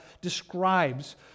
describes